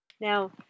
now